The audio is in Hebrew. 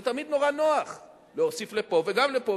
זה תמיד נורא נוח להוסיף לפה וגם לפה,